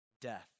death